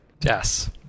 Yes